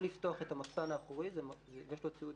הוא יכול לפתוח את המחסן האחורי ויש לו ציוד